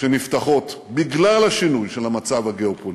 שנפתחות בגלל השינוי של המצב הגיאו-פוליטי,